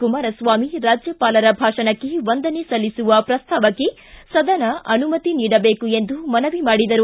ಕುಮಾರಸ್ವಾಮಿ ರಾಜ್ಯಪಾಲರ ಭಾಷಣಕ್ಕೆ ವಂದನೆ ಸಲ್ಲಿಸುವ ಪ್ರಸ್ತಾವಕ್ಕೆ ಸದನ ಅನುಮತಿ ನೀಡಬೇಕು ಎಂದು ಮನವಿ ಮಾಡಿದರು